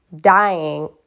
dying